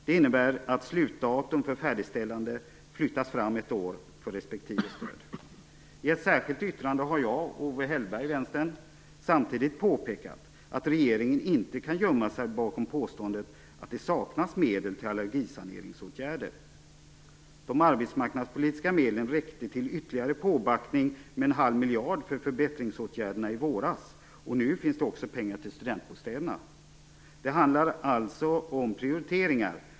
Det innebär att slutdatum för färdigställandet flyttas fram ett år för respektive stöd. I ett särskilt yttrande har jag och Owe Hellberg, Vänstern, samtidigt påpekat att regeringen inte kan gömma sig bakom påståendet att det saknas medel till allergisaneringsåtgärder. De arbetsmarknadspolitiska medlen räckte till ytterligare påbackning med Nu finns det också pengar till studentbostäder. Det handlar alltså om prioriteringar.